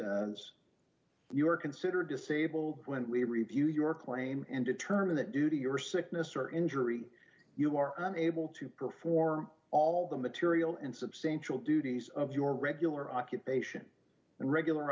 is your considered disabled when we review your claim and determine that due to your sickness or injury you are unable to perform all the material and substantial duties of your regular occupation and regular